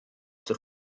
zur